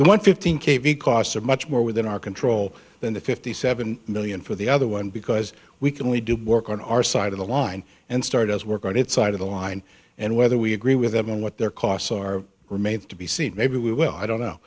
the one fifteen k v costs are much more within our control than the fifty seven million for the other one because we can we do work on our side of the line and start does work on its side of the line and whether we agree with them and what their costs are remains to be seen maybe well i don't know